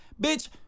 Bitch